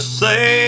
say